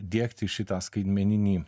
diegti šitą skaitmeninį